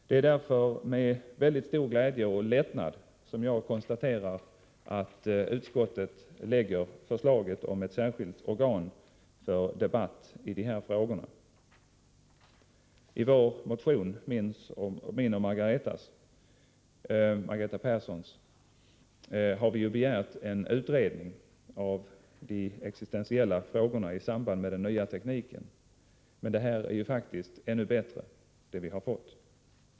Det är därför med mycket stor glädje och lättnad som jag konstaterar att utskottet framlägger förslag om ett särskilt organ för debatt i de här frågorna. I Margareta Perssons och min motion har vi begärt en utredning av de existentiella frågorna i samband med den nya tekniken. Men det vi har fått är faktiskt ännu bättre.